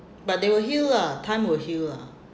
but they will heal lah time will heal lah